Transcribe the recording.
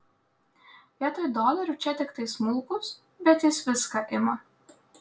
vietoj dolerių čia tiktai smulkūs bet jis viską ima